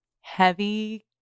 heavy